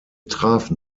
trafen